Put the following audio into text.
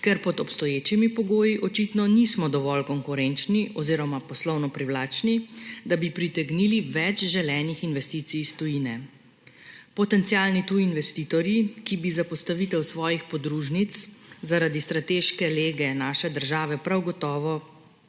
ker pod obstoječimi pogoji očitno nismo dovolj konkurenčni oziroma poslovno privlačni, da bi pritegnili več želenih investicij iz tujine. Potencialni tuji investitorji, ki bi za postavitev svojih podružnic zaradi strateške lege naše države prav gotovo